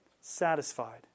satisfied